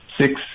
Six